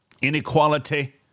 inequality